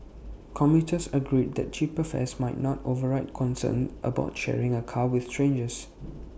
commuters agreed that cheaper fares might not override concerns about sharing A car with strangers